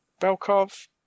Belkov